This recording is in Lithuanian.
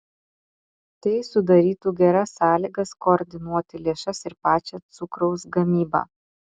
tai sudarytų geras sąlygas koordinuoti lėšas ir pačią cukraus gamybą